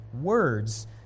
words